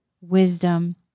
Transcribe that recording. wisdom